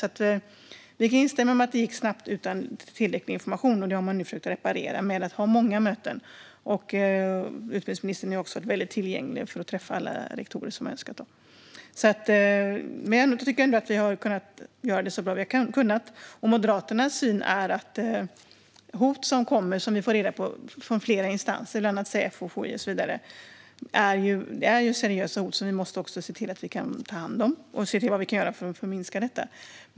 Det gick snabbt utan att man gav tillräcklig information, vilket man nu har försökt att reparera genom att ha många möten. Utbildningsministern är dessutom väldigt tillgänglig för att träffa alla rektorer som så önskar. Jag tycker ändå att vi har gjort så gott vi har kunnat. Moderaternas syn är att när det kommer seriösa hot och vi får reda på det från flera instanser, bland annat Säpo och FOI, måste vi ta hand om och se vad vi kan göra för att minska dem.